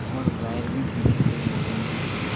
اور وائر بھی پیچھے سے نکلے ہوئے ہیں